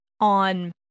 on